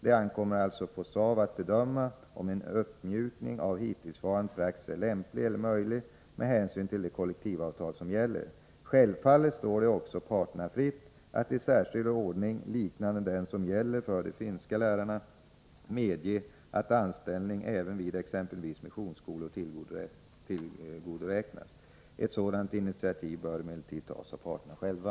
Det ankommer alltså på SAV att bedöma om en uppmjukning av hittillsvarande praxis är lämplig eller möjlig med hänsyn till de kollektivavtal som gäller. Självfallet står det också parterna fritt att i särskild ordning — liknande den som gäller för de finska lärarna — medge att anställning även vid exempelvis missionsskolor tillgodoräknas. Ett sådant initiativ bör emellertid tas av parterna själva.